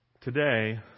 Today